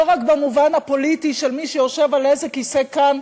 לא רק במובן הפוליטי של מי שיושב על איזה כיסא כאן,